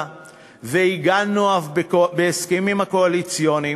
ואף הגענו בהסכמים הקואליציוניים,